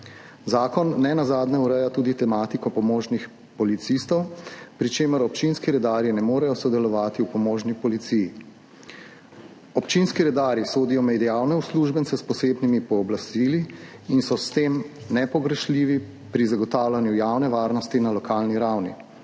Zakon nenazadnje ureja tudi tematiko pomožnih policistov, pri čemer občinski redarji ne morejo sodelovati v pomožni policiji. Občinski redarji sodijo med javne uslužbence s posebnimi pooblastili in so s tem nepogrešljivi pri zagotavljanju javne varnosti na lokalni ravni,